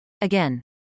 Again